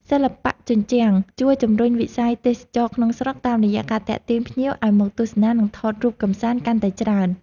សិល្បៈជញ្ជាំងជួយជំរុញវិស័យទេសចរណ៍ក្នុងស្រុក តាមរយៈការទាក់ទាញភ្ញៀវឱ្យមកទស្សនា និងថតរូបកម្សាន្តកាន់តែច្រើន។